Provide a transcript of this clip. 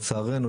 לצערנו,